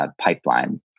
pipeline